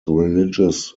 religious